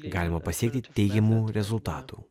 galima pasiekti teigiamų rezultatų